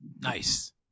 Nice